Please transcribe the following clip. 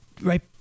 right